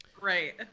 Right